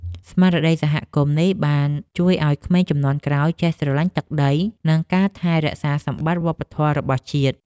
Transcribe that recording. ស្មារតីសហគមន៍នេះ បានជួយឱ្យក្មេងជំនាន់ក្រោយចេះស្រឡាញ់ទឹកដី និងការថែរក្សាសម្បត្តិវប្បធម៌របស់ជាតិ។